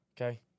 okay